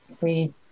We-